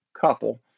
couple